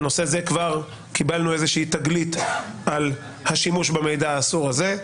בנושא הזה כבר קיבלנו איזה תגלית על השימוש במידע האסור הזה.